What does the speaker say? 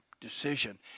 decision